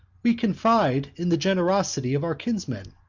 we confide in the generosity of our kinsman.